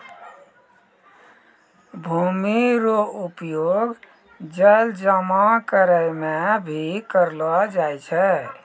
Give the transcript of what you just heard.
भूमि रो उपयोग जल जमा करै मे भी करलो जाय छै